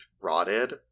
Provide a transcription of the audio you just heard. rotted